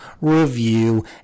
review